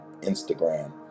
Instagram